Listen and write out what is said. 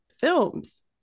films